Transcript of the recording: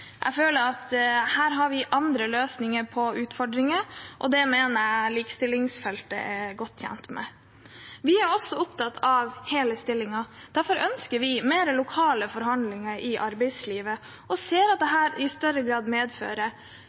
Jeg føler at vi har andre løsninger på utfordringene som jeg mener likestillingsfeltet er godt tjent med. Vi er også opptatt av hele stillinger. Derfor ønsker vi mer lokale forhandlinger i arbeidslivet og ser at dette i større grad medfører